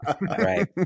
Right